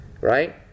right